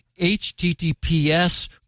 HTTPS